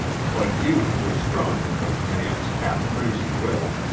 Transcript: but youth was stronger than the man's half-crazy will,